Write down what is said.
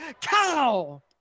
cow